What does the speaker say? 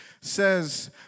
says